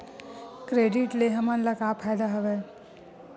Credit ले हमन का का फ़ायदा हवय?